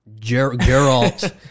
Geralt